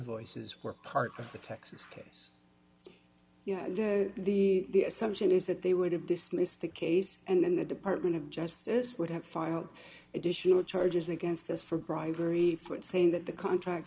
invoices were part of the texas case the assumption is that they would have dismissed the case and the department of justice would have filed additional charges against us for bribery for it saying that the contract